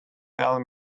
tell